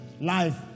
life